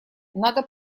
надо